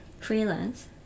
freelance